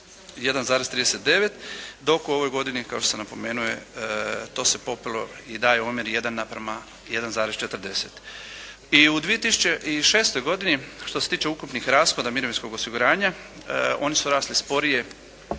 1,39 dok u ovoj godini je kao što sam napomenuo to se popelo i daje omjer 1:1,40. I u 2006. godini što se tiče ukupnih rashoda mirovinskog osiguranja oni su rasli sporije